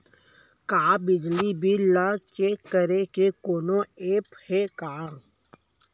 का बिजली बिल ल चेक करे के कोनो ऐप्प हे का?